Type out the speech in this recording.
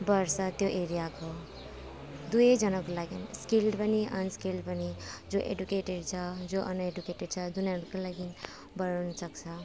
बढ्छ त्यो एरियाको दुवैजनाको लागि स्किल्ड पनि अनस्किल्ड पनि जो एडुकेटेट छ जो अनएडुकेटेट छ उनीहरूको लागि बढाउनुसक्छ